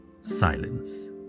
Silence